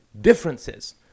differences